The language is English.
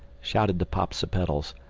shouted the popsipetels.